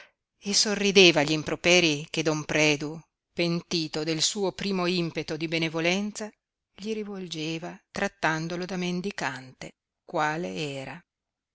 e sorrideva agli improperi che don predu pentito del suo primo impeto di benevolenza gli rivolgeva trattandolo da mendicante quale era